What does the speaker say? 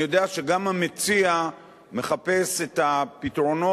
אני יודע שגם המציע מחפש את הפתרונות